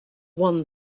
won